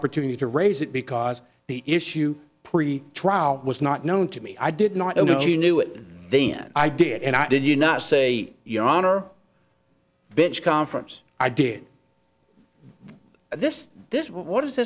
opportunity to raise it because the issue pre trial was not known to me i did not know you knew it then i did and i did you not say your honor bench conference i did this this what is